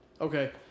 Okay